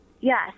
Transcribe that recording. Yes